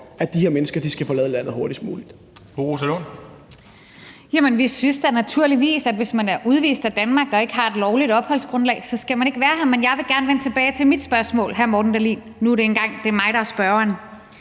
at de her mennesker skal forlade landet hurtigst muligt?